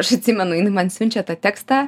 aš atsimenu jin man siunčia tą tekstą